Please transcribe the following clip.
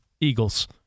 eagles